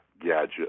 gadget